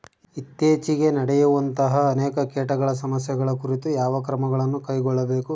ಇತ್ತೇಚಿಗೆ ನಡೆಯುವಂತಹ ಅನೇಕ ಕೇಟಗಳ ಸಮಸ್ಯೆಗಳ ಕುರಿತು ಯಾವ ಕ್ರಮಗಳನ್ನು ಕೈಗೊಳ್ಳಬೇಕು?